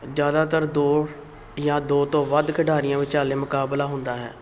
ਜ਼ਿਆਦਾਤਰ ਦੋ ਜਾਂ ਦੋ ਤੋਂ ਵੱਧ ਖਿਡਾਰੀਆਂ ਵਿਚਾਲੇ ਮੁਕਾਬਲਾ ਹੁੰਦਾ ਹੈ